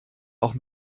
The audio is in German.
auch